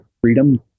freedom